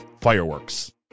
Fireworks